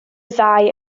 ddau